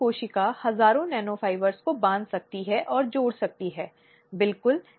अब वे किस तरह से बड़ी प्रक्रिया को आगे बढ़ाना चाहते हैं आमतौर पर पहले से ही निर्धारित किया जाता है